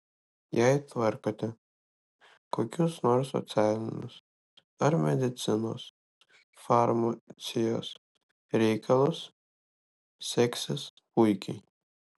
jei tvarkote kokius nors socialinius ar medicinos farmacijos reikalus seksis puikiai